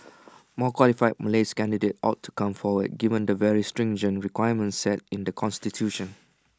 more qualified Malay's candidates ought to come forward given the very stringent requirements set in the Constitution